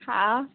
હા